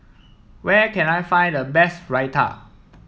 where can I find the best Raita